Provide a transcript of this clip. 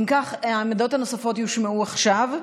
כך, העמדות הנוספות יושמעו עכשיו.